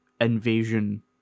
invasion